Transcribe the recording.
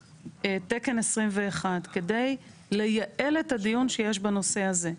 תקן 21. כדי לייעל את הדיון שיש בנושא הזה.